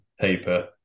paper